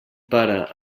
pare